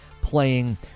playing